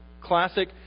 classic